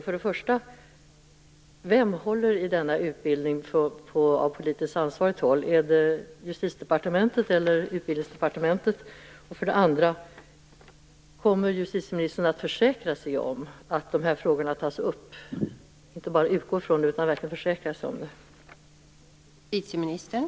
För det första: Vem håller i denna utbildning på politiskt ansvarigt håll? Är det Justitiedepartementet eller Utbildningsdepartementet? För det andra: Kommer justitieministern att försäkra sig om och inte bara utgå från att de här frågorna tas upp?